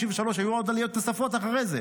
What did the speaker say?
1993. היו עליות נוספות אחרי זה,